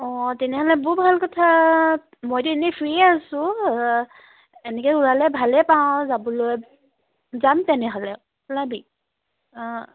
অঁ তেনেহ'লে বৰ ভাল কথা মইতো এনেই ফ্ৰীয়ে আছো এনেকৈ ওলালে ভালেই পাওঁ আৰু যাবলৈ যাম তেনেহ'লে ওলাবি অঁ